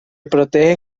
protege